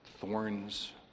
Thorns